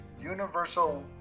universal